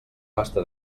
pasta